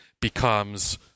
becomes